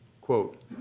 Quote